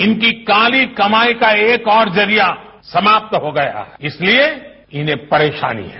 इनकी काली कमाई का एक और जरिया समाप्त हो गया इसलिए इन्हें परेशानी है